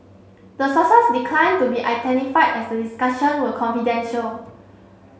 the sources declined to be identified as the discussion were confidential